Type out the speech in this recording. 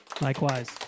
Likewise